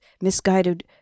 misguided